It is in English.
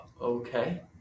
okay